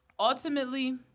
Ultimately